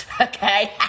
Okay